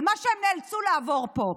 על מה שהם נאלצו לעבור פה.